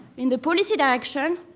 in the policy direction,